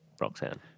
Roxanne